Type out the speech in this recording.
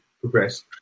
progress